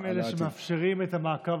הם אלה שמאפשרים את המעקב